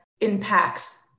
impacts